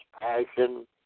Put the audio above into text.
passion